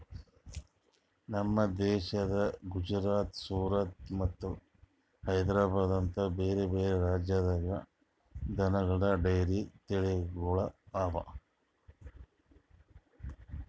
ನಮ್ ದೇಶದ ಗುಜರಾತ್, ಸೂರತ್ ಮತ್ತ ಹೈದ್ರಾಬಾದ್ ಅಂತ ಬ್ಯಾರೆ ಬ್ಯಾರೆ ರಾಜ್ಯದಾಗ್ ದನಗೋಳ್ ಡೈರಿ ತಳಿಗೊಳ್ ಅವಾ